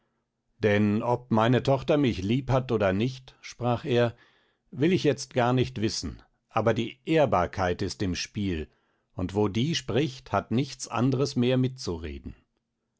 denn ob meine tochter mich lieb hat oder nicht sprach er will ich jetzt gar nicht wissen aber die ehrbarkeit ist im spiel und wo die spricht hat nichts andres mehr mitzureden